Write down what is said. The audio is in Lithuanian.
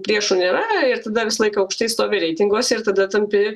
priešų nėra ir tada visą laiką aukštai stovi reitinguose ir tada tampi